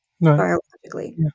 biologically